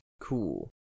Cool